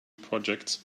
projects